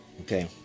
Okay